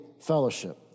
fellowship